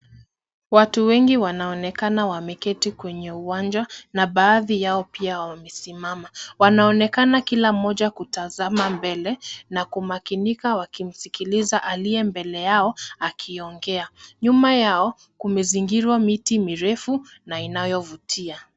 Watu wengi wanaonekana wameketi kwenye uwanja, na baadhi yao pia wamesimama. Wanaonekana kila mara kutazama mbele na kumakinika wakimsikiliza aliye mbele yao akiongea. Nyuma yao kumezingirwa miti mirefu na inayovutia.